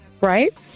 right